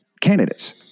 candidates